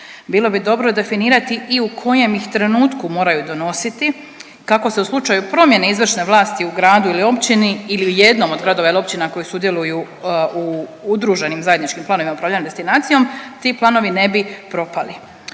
bilo bi dobro definirati i u kojem ih trenutku moraju donositi kako se u slučaju promjene izvršne vlasti u gradu ili općini ili u jednom od gradova ili općina koji sudjeluju u udruženim zajedničkim planovima upravljanja destinacijom, ti planovi ne bi propali.